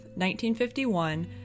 1951